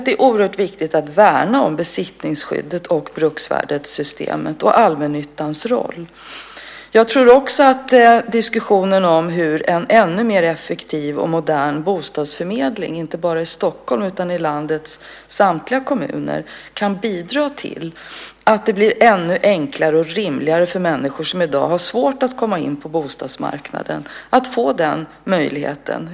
Det är oerhört viktigt att värna om besittningsskyddet, bruksvärdessystemet och allmännyttans roll. Jag tror också att diskussionen om en ännu mer effektiv och modern bostadsförmedling inte bara i Stockholm utan i landets samtliga kommuner kan bidra till att det blir ännu enklare och rimligare för människor som i dag har svårt att komma in på bostadsmarknaden att få den möjligheten.